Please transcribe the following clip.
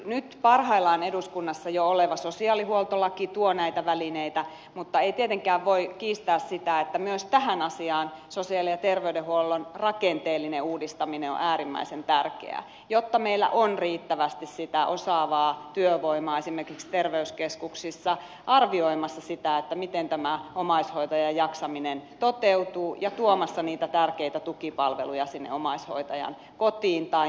nyt parhaillaan eduskunnassa jo oleva sosiaalihuoltolaki tuo näitä välineitä mutta ei tietenkään voi kiistää sitä että myös tässä asiassa sosiaali ja terveydenhuollon rakenteellinen uudistaminen on äärimmäisen tärkeää jotta meillä on riittävästi sitä osaavaa työvoimaa esimerkiksi terveyskeskuksissa arvioimassa sitä miten omaishoitajan jaksaminen toteutuu ja tuomassa niitä tärkeitä tukipalveluja sinne omaishoitajan kotiin tai muualle